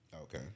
Okay